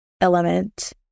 element